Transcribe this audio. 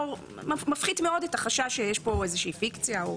מפחית מאוד את החשש שיש פה איזושהי פיקציה.